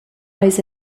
eis